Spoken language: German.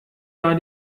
war